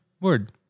word